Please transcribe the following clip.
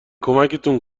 کمکتون